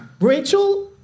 Rachel